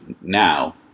now